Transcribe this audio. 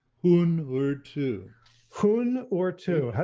hmm. word to one or two.